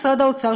משרד האוצר,